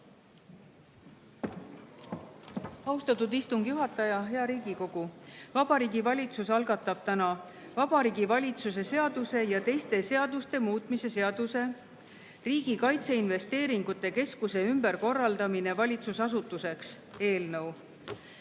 Austatud istungi juhataja! Hea Riigikogu! Vabariigi Valitsus algatab täna Vabariigi Valitsuse seaduse ja teiste seaduste muutmise seaduse (Riigi Kaitseinvesteeringute Keskuse ümberkorraldamine valitsusasutuseks) eelnõu.